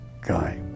guy